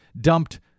dumped